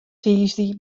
tiisdei